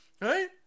right